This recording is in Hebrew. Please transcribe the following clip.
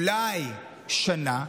אולי שנה,